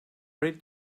ready